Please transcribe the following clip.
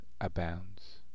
abounds